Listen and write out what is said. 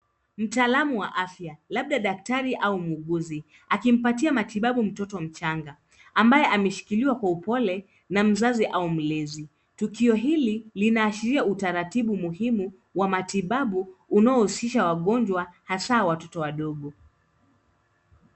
Mtaalamu wa afya labda daktari au mwuguzi akimpatia matibabu mtoto mchanga ambaye ameshikiliwa kwa upole na mzazi au mlezi. Tukio hili linaashiria utaratibu muhimu wa matibabu unaohusisha wagonjwa hasa watoto wadogo.